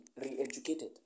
re-educated